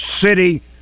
City